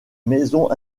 maisons